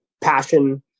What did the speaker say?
passion